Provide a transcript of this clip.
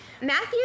Matthew